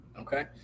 Okay